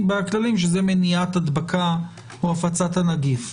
שזה מניעת הדבקה או הפצת הנגיף.